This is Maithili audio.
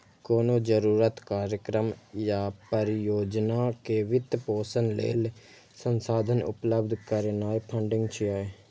कोनो जरूरत, कार्यक्रम या परियोजना के वित्त पोषण लेल संसाधन उपलब्ध करेनाय फंडिंग छियै